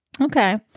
Okay